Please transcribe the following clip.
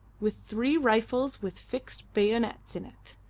with three rifles with fixed bayonets in it.